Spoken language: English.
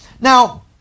Now